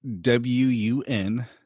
W-U-N